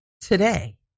today